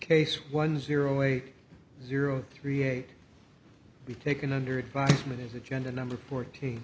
case one zero eight zero three eight be taken under advisement is agenda number fourteen